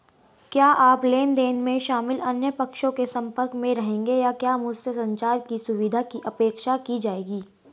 क्या आप लेन देन में शामिल अन्य पक्षों के संपर्क में रहेंगे या क्या मुझसे संचार की सुविधा की अपेक्षा की जाएगी?